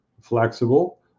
flexible